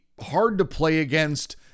hard-to-play-against